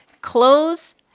Clothes